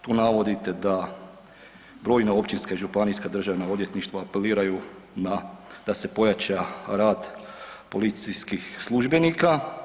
Tu navodite da brojna općinska i županijska državna odvjetništva apeliraju da se pojača rad policijskih službenika.